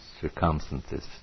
circumstances